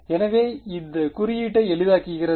எனவே இது குறியீட்டை எளிதாக்குகிறது